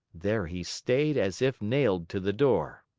there he stayed as if nailed to the door.